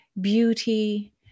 beauty